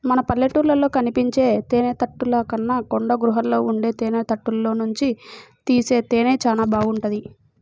మన పల్లెటూళ్ళలో కనిపించే తేనెతుట్టెల కన్నా కొండగుహల్లో ఉండే తేనెతుట్టెల్లోనుంచి తీసే తేనె చానా బాగుంటది